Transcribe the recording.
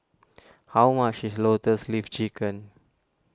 how much is Lotus Leaf Chicken